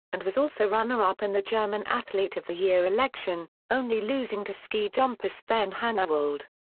and was also runner-up in the german athlete of the year election, only losing to ski jumper sven hannawald.